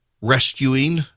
rescuing